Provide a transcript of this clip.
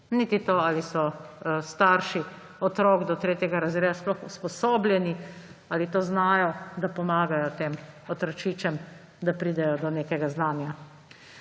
Niti tega, ali so starši otrok do 3. razreda sploh usposobljeni, ali to znajo, da pomagajo tem otročičem, da pridejo do nekega znanja.